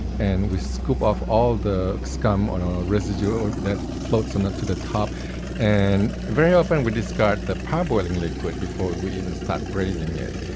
and we scoop off all the scum or residue that floats and to the top and very often we discard the parboiling liquid before we even start braising it.